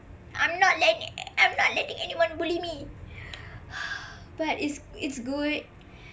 I'm not letting I'm not letting anyone bully me but it's it's good